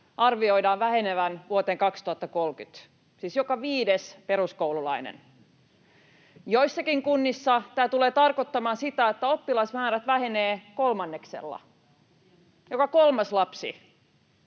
viidenneksellä vuoteen 2030, siis joka viides peruskoululainen. Joissakin kunnissa tämä tulee tarkoittamaan sitä, että oppilasmäärät vähenevät kolmanneksella, siis joka kolmas lapsi.